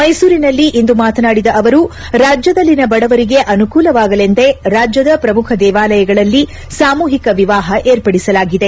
ಮೈಸೂರಿನಲ್ಲಿಂದು ಮಾತನಾಡಿದ ಅವರು ರಾಜ್ಯದಲ್ಲಿನ ಬಡವರಿಗೆ ಅನುಕೂಲವಾಗಲೆಂದೇ ರಾಜ್ಯದ ಶ್ರಮುಖ ದೇವಾಲಗಳಲ್ಲಿ ಸಾಮೂಹಿಕ ವಿವಾಹ ಏರ್ಪಡಿಸಲಾಗಿದೆ